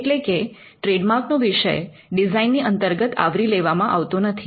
એટલે કે ટ્રેડમાર્ક નો વિષય ડિઝાઇનની અંતર્ગત આવરી લેવામાં આવતો નથી